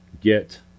get